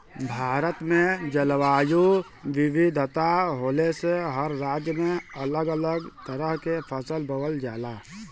भारत में जलवायु विविधता होले से हर राज्य में अलग अलग तरह के फसल बोवल जाला